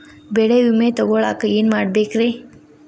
ಬೆಳೆ ವಿಮೆ ತಗೊಳಾಕ ಏನ್ ಮಾಡಬೇಕ್ರೇ?